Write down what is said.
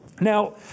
Now